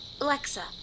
Alexa